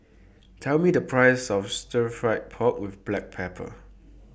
Tell Me The Price of Stir Fried Pork with Black Pepper